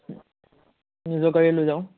নিজৰ গাড়ীয়ে লৈ যাওঁ